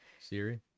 Siri